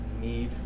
need